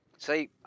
See